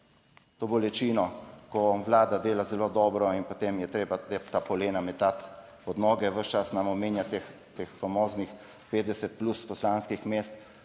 to bolečino, ko Vlada dela zelo dobro in potem je treba ta polena metati pod noge. Ves čas nam omenja teh famoznih 50+ poslanskih mest